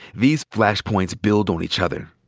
these flashpoints build on each other.